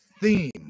theme